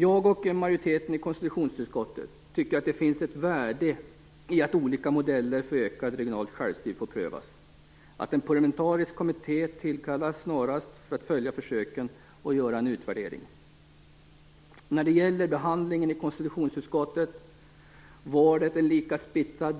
Jag och majoriteten i konstitutionsutskottet tycker att det finns ett värde i att olika modeller för ökat regionalt självstyre får prövas, och en parlamentarisk kommitté tillkallas snarast för att följa försöken och göra en utvärdering. Behandlingen i konstitutionsutskottet var lika splittrad